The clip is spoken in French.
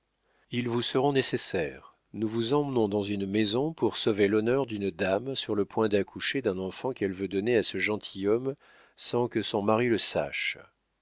ils vous seront nécessaires nous vous emmenons dans une maison pour sauver l'honneur d'une dame sur le point d'accoucher d'un enfant qu'elle veut donner à ce gentilhomme sans que son mari le sache